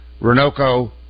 Renoco